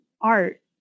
art